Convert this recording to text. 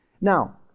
Now